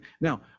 Now